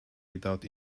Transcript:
without